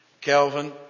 Calvin